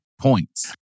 points